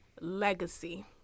legacy